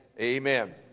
amen